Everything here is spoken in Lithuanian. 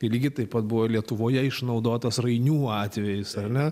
lygiai taip pat buvo lietuvoje išnaudotas rainių atvejis ar ne